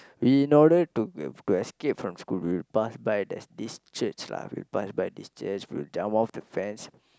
we noted to escape from school we'll pass by the this church we will pass by this church we will jump off the fence